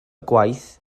gwaith